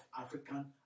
African